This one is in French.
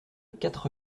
quatre